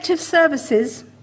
services